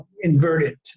inverted